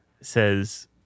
says